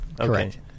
correct